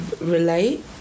relate